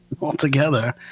Altogether